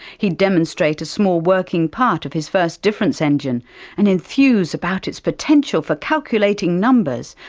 he'd demonstrate a small working part of his first difference engine and enthuse about its potential for calculating numbers.